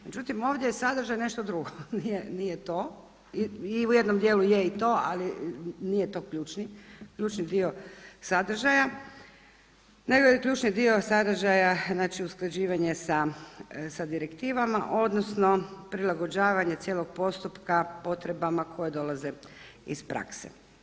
Međutim, ovdje je sadržaj nešto drugo, nije to, i u jednom dijelu je to ali nije to ključni dio sadržaja, nego je ključni dio sadržaja znači usklađivanje sa direktivama, odnosno, prilagođavanje cijelog postupka potrebama koje dolaze iz prakse.